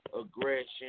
aggression